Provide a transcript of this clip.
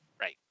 Right